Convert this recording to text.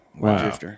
Wow